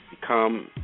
Become